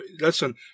listen